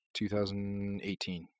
2018